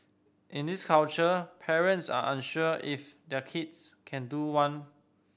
in this culture parents are unsure if their kids can do one